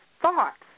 thoughts